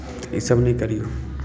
इसभ नहि करियौ